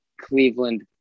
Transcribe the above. Cleveland